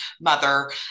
mother